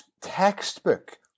textbook